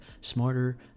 smarter